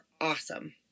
awesome